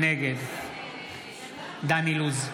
נגד דן אילוז,